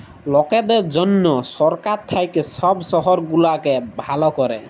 লকদের জনহ সরকার থাক্যে সব শহর গুলাকে ভালা ক্যরে